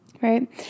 Right